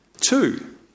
Two